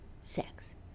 Sex